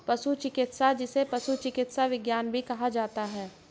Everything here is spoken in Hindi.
पशु चिकित्सा, जिसे पशु चिकित्सा विज्ञान भी कहा जाता है